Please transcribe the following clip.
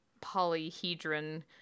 polyhedron